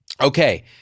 Okay